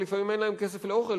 ולפעמים אין להם כסף לאוכל,